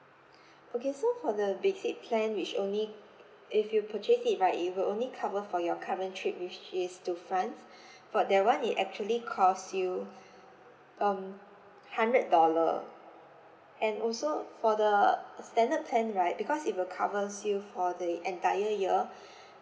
okay so for the basic plan which only if you purchase it right it will only cover for your current trip which is to france for that one it actually cost you um hundred dollar and also for the standard plan right because it will covers you for the entire year